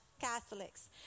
Catholics